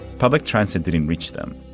public transit didn't reach them.